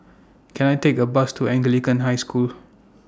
Can I Take A Bus to Anglican High School